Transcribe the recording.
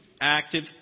active